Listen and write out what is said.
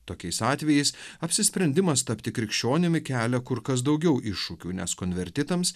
tokiais atvejais apsisprendimas tapti krikščionimi kelia kur kas daugiau iššūkių nes konvertitams